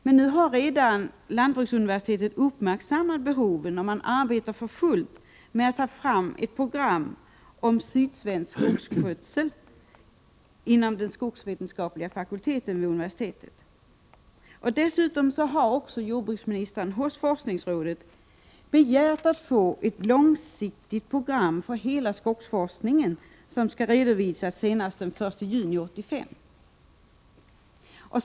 Men nu har lantbruksuniversitetet redan uppmärksammat behoven, och man arbetar för fullt inom den skogsvetenskapliga fakulteten vid universitetet med att ta fram ett program om sydsvensk skogsskötsel. Dessutom har också jordbruksministern hos forskningsrådet begärt att få ett långsiktigt program för hela skogsforskningen, vilket skall redovisas senast den 1 juni 1985.